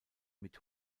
mit